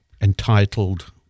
entitled